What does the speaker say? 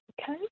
Okay